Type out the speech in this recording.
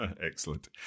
Excellent